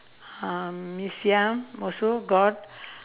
um mee-siam also got